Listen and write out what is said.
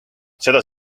seda